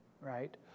right